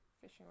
fishing